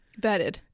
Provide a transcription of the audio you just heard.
Vetted